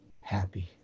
happy